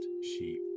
sheep